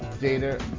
data